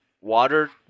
water